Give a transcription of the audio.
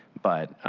but